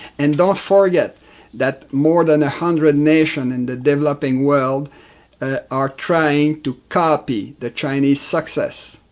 and don't forget that more than a hundred nations in the developing world are trying to copy the chinese success.